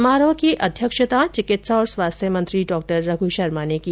समारोह की अध्यक्षता चिकित्सा और स्वास्थ्य मंत्री डॉ रघु शर्मा ने की